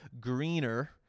Greener